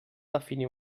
definir